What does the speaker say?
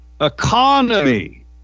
economy